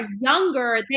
younger